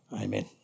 amen